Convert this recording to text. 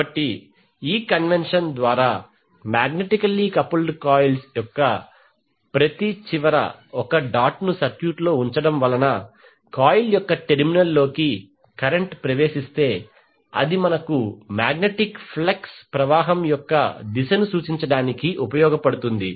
కాబట్టి ఈ కన్వెన్షన్ ద్వారా మాగ్నెటికల్లీ కపుల్డ్ కాయిల్స్ యొక్క ప్రతి చివర ఒక డాట్ ను సర్క్యూట్లో ఉంచడం వలన కాయిల్ యొక్క టెర్మినల్లోకి కరెంట్ ప్రవేశిస్తే అది మనకు మాగ్నెటిక్ ఫ్లక్స్ ప్రవాహం యొక్క దిశను సూచించడానికి ఉపయోగపడుతుంది